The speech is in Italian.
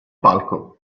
palco